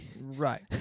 Right